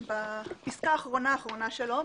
בפסקה האחרונה שלו,